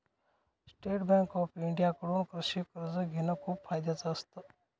state bank of India कडून कृषि कर्ज घेण खूप फायद्याच असत